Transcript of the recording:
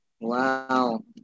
Wow